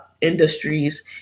industries